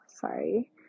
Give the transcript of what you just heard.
Sorry